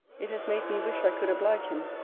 it has made me wish i could oblige him.